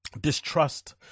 distrust